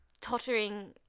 tottering